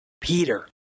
Peter